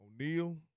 O'Neal